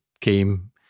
came